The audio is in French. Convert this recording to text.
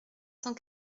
cent